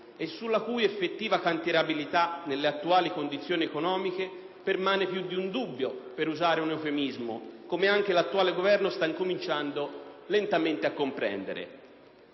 e sulla cui effettiva cantierabilità nelle attuali condizioni economiche permane più di un dubbio, per usare un eufemismo, come anche l'attuale Governo sta cominciando lentamente a comprendere.